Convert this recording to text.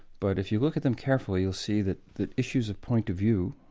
but if you look at them carefully you'll see that the issues of point of view